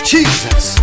Jesus